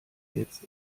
jetzt